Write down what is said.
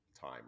time